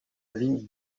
vie